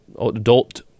adult